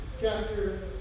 chapter